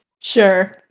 Sure